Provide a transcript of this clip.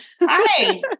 Hi